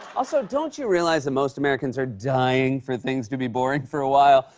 also, don't you realize that most americans are dying for things to be boring for a while?